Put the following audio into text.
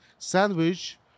sandwich